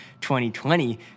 2020